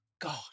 God